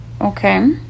okay